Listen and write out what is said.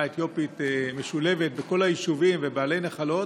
האתיופית משולבת בכל היישובים ובעלי נחלות.